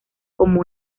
como